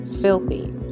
filthy